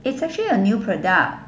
it's actually a new product